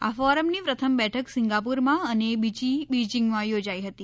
આ ફોરમની પ્રથમ બેઠક સિંગાપુરમાં અને બીજી બિજીંગમાં યોજાઇ હતી